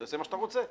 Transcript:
תעשה מה שאתה רוצה.